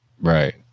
Right